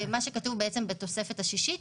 ומה שכתוב בעצם בתוספת השישית,